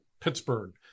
Pittsburgh